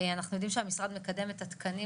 אנחנו יודעים שהמשרד מקדם את התקנים